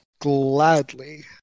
Gladly